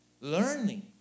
learning